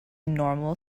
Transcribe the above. normal